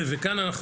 וכאן,